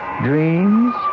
dreams